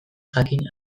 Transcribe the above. jakin